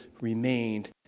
remained